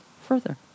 further